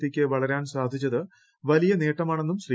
പിക്ക് വളരാൻ സാധിച്ചത് വലിയ നേട്ടമാണെന്നും ശ്രീ